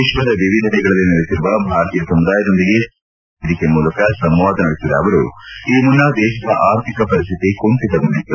ವಿಶ್ವದ ವಿವಿಧೆಡೆಗಳಲ್ಲಿ ನೆಲೆಸಿರುವ ಭಾರತೀಯ ಸಮುದಾಯದೊಂದಿಗೆ ಸಾಮಾಜಿಕ ಮಾಧ್ಯಮ ವೇದಿಕೆ ಮೂಲಕ ಸಂವಾದ ನಡೆಸಿದ ಅವರು ಈ ಮುನ್ನ ದೇಶದ ಆರ್ಥಿಕ ಪರಿಸ್ಥಿತಿ ಕುಂಠಿತಗೊಂಡಿತ್ತು